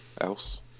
else